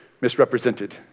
misrepresented